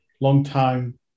longtime